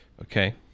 Okay